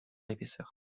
épaisseur